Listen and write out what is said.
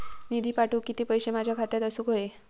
निधी पाठवुक किती पैशे माझ्या खात्यात असुक व्हाये?